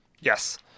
Yes